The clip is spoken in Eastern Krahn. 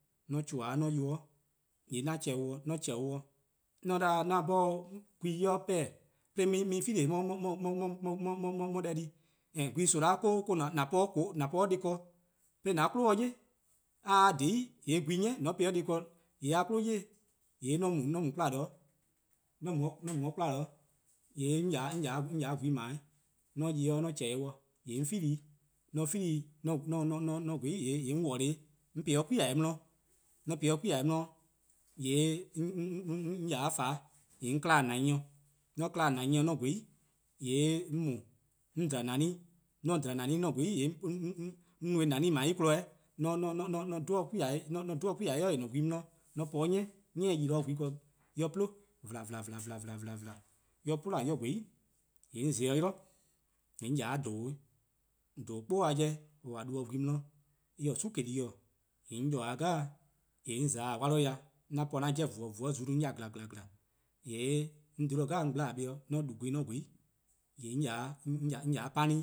:Mor 'on chehn-or 'on ya-or 'de :yee' on 'chehn-dih-or dih, :mor 'on :chehn-dih-or dih, :mor 'on 'da 'an 'bhorn gwehn 'ye 'o 'pehn-dih 'de: 'on 'ye-hi 'file: 'de 'on 'ye deh di, and gwehn soma' or-: 'an po 'o dih ken 'de an-a' 'kwli-a 'yi, :mor a :dhiei' :yee' gwehn-ni: :mor :on po-eh 'o dih ken :yee' a 'kwli 'yi-'. :yee' ;mor 'on mu 'kwla, :mor 'on mu 'de 'kwla :yee' 'on :ya 'de gwehn :dao 'weh, :mor 'on ya-ih 'de 'on :chehn-dih-dih, :yee' 'on 'fele-ih, :mor 'on 'file-ih, :mor 'on :gweh 'i, :yee' 'on po-ih 'de 'plea' 'di, :mor 'on po-ih 'de 'ples' 'di, :yee' 'on :ya 'de :dweh 'on 'kla-dih :name'-dih, :mor 'on 'kla-dih :name'-dih 'on :gweh 'i, :yee' 'on mu 'on dba neh, :mor 'on dba neh 'on :gweh 'i :yee' :yee' 'on no-eh neh :dao eh kpon 'i, :yee' 'on dhe 'o 'plea' 'yli-dih :or :ne-a gwehn 'di, :yee' 'on po 'de 'ni, 'ni-a yi-dih gwehn ken-dih eh 'plun :vlaan :vlan :vlaan :vlaan, :mor en 'plun en :gweh 'i, :yee' 'on :za-ih 'o 'yli, :yee' 'on :ya 'de :dhobo 'weh, :dhobo 'kpo-a 'jeh :a du-dih-a gwehn 'di, or-: 'sun 'kpo-:, :yee' 'on ya-or'de 'jeh 'on :za 'wla dih 'an po 'an 'jeh :fueh :fueh-eh zuu-a no 'on ya :gla :gla :gla, :yee' 'on :dhe-dih 'jen 'on gba buh :mor 'on du gwehn 'on :gweh 'i, 'on :ya 'de 'pani,